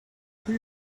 could